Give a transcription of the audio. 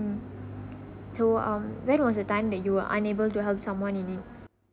mm to um when was the time that you are unable to help someone in it